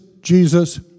Jesus